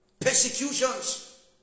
persecutions